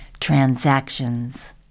transactions